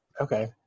Okay